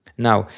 now,